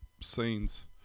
scenes